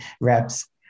reps